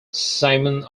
simons